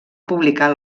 publicar